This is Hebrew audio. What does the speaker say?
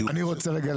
רק אני אומר,